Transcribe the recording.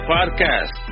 Podcast